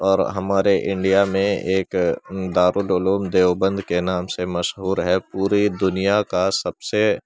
اور ہمارے انڈیا میں ایک دار العلوم دیوبند کے نام سے مشہور ہے پوری دنیا کا سب سے